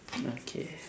okay